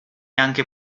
anche